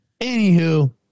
Anywho